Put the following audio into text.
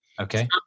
Okay